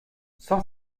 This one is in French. cent